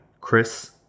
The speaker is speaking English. chris